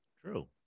True